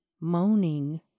moaning